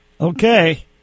Okay